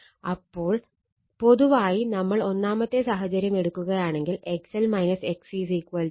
അപ്പോൾ പൊതുവായി നമ്മൾ ഒന്നാമത്തെ സാഹചര്യം എടുക്കുകയാണെങ്കിൽ XL XC R